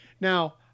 Now